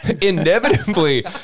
inevitably